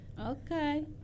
Okay